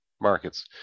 markets